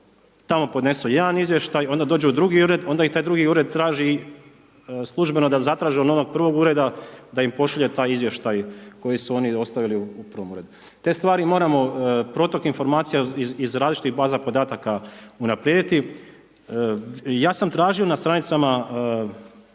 tamo podnesu jedan izvještaj, onda dođu u drugi ured, onda ih taj drugi ured traži službeno da zatraže od onog prvog ureda da im pošalje taj izvještaj koji su oni ostavili u prvom uredu. Te stvari moramo, protok informacija iz različitih baza podataka unaprijediti. Ja sam tražio na stranicama